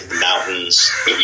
mountains